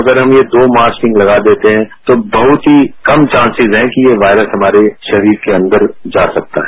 अगर हम ये दो मास्किंग लगा देते हैं तो बहत ही कम चान्सेज है कि यह वायरस हमारे शरीर के अंदर जा सकते हैं